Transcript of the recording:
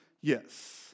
yes